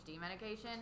medication